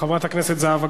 חברת הכנסת זהבה גלאון.